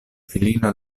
filino